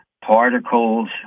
particles